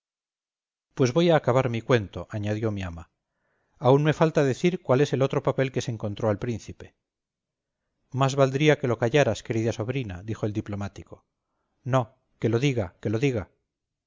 pues voy a acabar mi cuento añadió mi ama aún me falta decir cuál es el otro papel que se encontró al príncipe más valdría que lo callaras querida sobrina dijo el diplomático no que lo diga que lo diga